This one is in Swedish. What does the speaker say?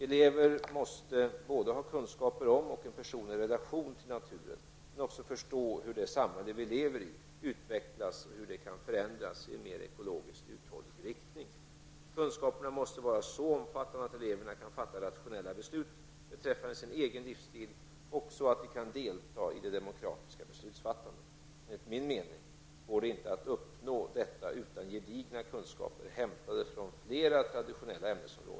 Eleverna måste både ha kunskap om och en personlig relation till naturen, men också förstå hur det samhälle vi lever i utvecklas och hur det kan förändras i en mer ekologiskt uthållig riktning. Kunskaperna måste vara så omfattande att eleverna kan fatta rationella beslut beträffande sin egen livsstil och så att de kan delta i det demokratiska beslutsfattandet. Enligt min mening går det inte att uppnå detta utan gedigna kunskaper hämtade från flera traditionella ämnesområden.